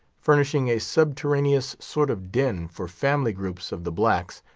furnishing a subterraneous sort of den for family groups of the blacks,